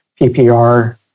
PPR